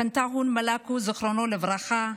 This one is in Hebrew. פנטהון מלקו, זיכרונו לברכה,